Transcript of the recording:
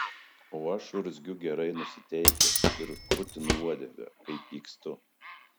o aš urzgiu gerai nusiteikęs ir krutinu uodegą kai pykstu